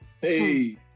hey